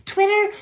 Twitter